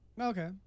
okay